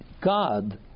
God